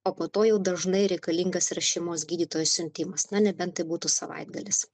o po to jau dažnai reikalingas yra šeimos gydytojo siuntimas na nebent tai būtų savaitgalis